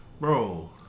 bro